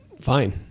Fine